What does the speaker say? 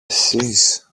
σεις